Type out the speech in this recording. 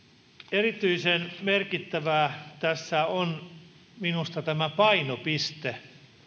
erityisen merkittävää tässä on minusta tämä painopiste